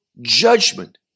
judgment